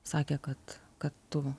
sakė kad kad tu